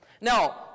Now